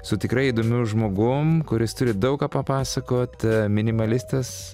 su tikrai įdomiu žmogum kuris turi daug ką papasakot minimalistas